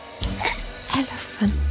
elephant